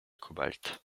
cobalt